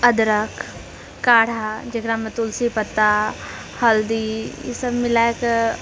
अदरक काढा जकरामऽ तुलसी पत्ता हल्दी ईभ मिलाएकऽ